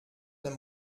dem